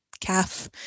calf